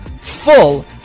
full